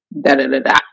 Da-da-da-da